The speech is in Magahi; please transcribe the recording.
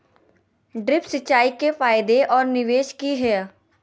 ड्रिप सिंचाई के फायदे और निवेस कि हैय?